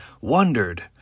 wondered